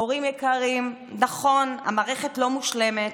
הורים יקרים, נכון, המערכת לא מושלמת.